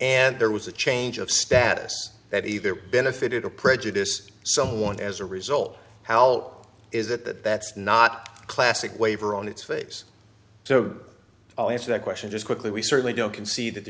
and there was a change of status that either benefited a prejudice someone as a result hell is that that's not a classic waiver on its face so i'll answer that question just quickly we certainly don't concede that the